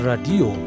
Radio